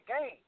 game